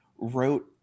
wrote